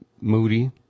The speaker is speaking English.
Moody